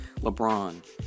LeBron